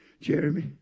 Jeremy